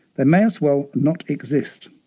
they may as well not exist.